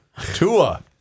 Tua